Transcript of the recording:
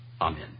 amen